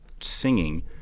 singing